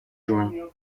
juin